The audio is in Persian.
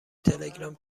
تلگرام